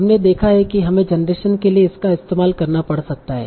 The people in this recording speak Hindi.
हमने देखा है हमें जनरेशन के लिए इसका इस्तेमाल करना पड़ सकता है